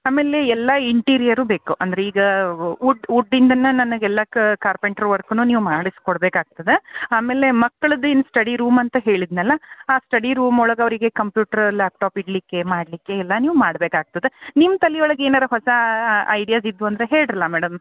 ಆಮೇಲೆ ಎಲ್ಲ ಇಂಟೀರಿಯರು ಬೇಕು ಅಂದ್ರೆ ಈಗ ಉಡ್ಡಿಂದನೇ ನನಗೆಲ್ಲ ಕಾರ್ಪೆಂಟ್ರ್ ವರ್ಕೂ ನೀವು ಮಾಡಿಸ್ಕೊಡ್ಬೇಕಾಗ್ತದೆ ಆಮೇಲೆ ಮಕ್ಕಳ್ದು ಇನ್ನು ಸ್ಟಡಿ ರೂಮ್ ಅಂತ ಹೇಳಿದ್ನಲ್ವ ಆ ಸ್ಟಡಿ ರೂಮ್ ಒಳಗೆ ಅವರಿಗೆ ಕಂಪ್ಯೂಟ್ರ್ ಲ್ಯಾಪ್ಟಾಪ್ ಇಡಲಿಕ್ಕೆ ಮಾಡಲಿಕ್ಕೆ ಎಲ್ಲ ನೀವು ಮಾಡ್ಬೇಕಾಗ್ತದೆ ನಿಮ್ಮ ತಲೆ ಒಳಗೆ ಏನಾರೂ ಹೊಸ ಐಡಿಯಾಸ್ ಇದ್ವಂದ್ರೆ ಹೇಳಿರಲ್ಲ ಮೇಡಮ್